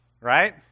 right